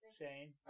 Shane